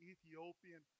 Ethiopian